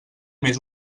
més